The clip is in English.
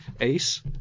Ace